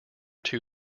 too